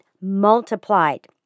multiplied